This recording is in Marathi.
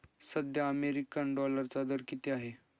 सध्या अमेरिकन डॉलरचा दर किती आहे?